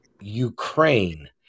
Ukraine